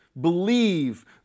believe